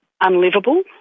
unlivable